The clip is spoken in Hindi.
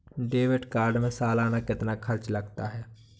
डेबिट कार्ड में सालाना कितना खर्च लगता है?